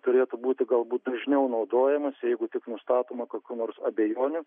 turėtų būti galbūt dažniau naudojamasi jeigu tik nustatoma kokių nors abejonių